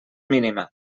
mínima